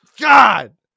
God